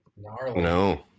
no